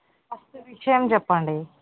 first విషయం చెప్పండి